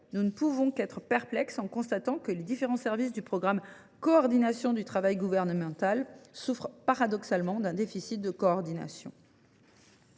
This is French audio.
Nous ne pouvons qu’être perplexes, en constatant que les différents services du programme « Coordination du travail gouvernemental » souffrent, paradoxalement, d’un déficit de coordination.